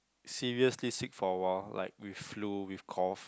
seriously sick for a while like with flu with cough